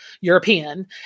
European